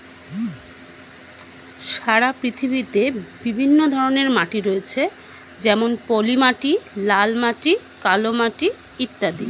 সারা পৃথিবীতে বিভিন্ন ধরনের মাটি রয়েছে যেমন পলিমাটি, লাল মাটি, কালো মাটি ইত্যাদি